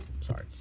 Sorry